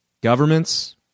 Governments